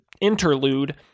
interlude